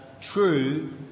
true